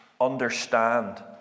understand